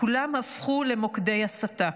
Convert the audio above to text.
כולם הפכו למוקדי הסתה.